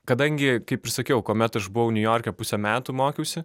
kadangi kaip ir sakiau kuomet aš buvau niujorke pusę metų mokiausi